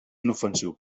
inofensiu